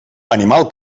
animal